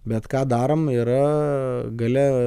bet ką darom yra gale